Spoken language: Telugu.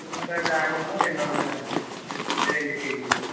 ఇంక దానిమ్మ రెండు వందలు అండి రెండు కేజీలు